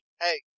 Hey